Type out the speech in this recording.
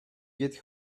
get